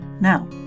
Now